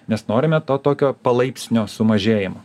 nes norime to tokio palaipsnio sumažėjimo